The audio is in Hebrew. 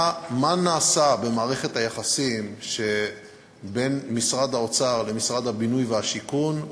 מה נעשה במערכת היחסים שבין משרד האוצר למשרד הבינוי והשיכון,